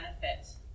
benefit